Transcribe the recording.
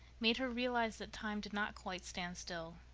made her realize that time did not quite stand still,